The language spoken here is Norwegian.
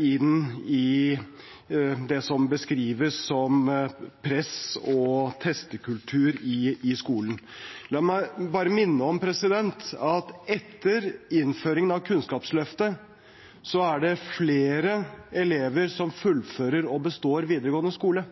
i den, i det som beskrives som press og testekultur i skolen. La meg bare minne om at etter innføringen av Kunnskapsløftet er det flere elever som fullfører og består videregående skole.